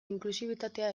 inklusibitatea